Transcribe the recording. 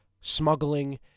smuggling